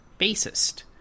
bassist